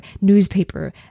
newspaper